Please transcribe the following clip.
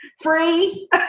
Free